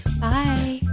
bye